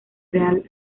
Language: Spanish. real